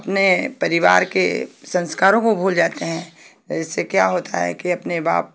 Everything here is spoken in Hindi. अपने परिवार के संस्कारों को भूल जाते हैं जिससे क्या होता है कि अपने बाप